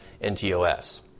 NTOS